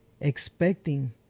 expecting